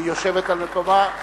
והיא יושבת על מקומה.